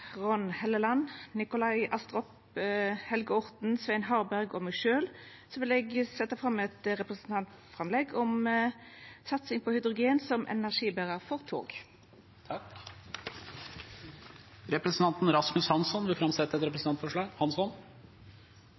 Trond Helleland, Nikolai Astrup, Helge Orten, Svein Harberg og meg sjølv vil eg setja fram eit representantframlegg om satsing på hydrogen som energiberar for tog. Representanten Rasmus Hansson vil framsette et representantforslag.